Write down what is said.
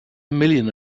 million